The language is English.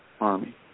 Army